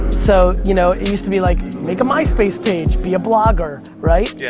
so you know it used to be like make a myspace page, be a blogger, right? yeah.